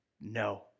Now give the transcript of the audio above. no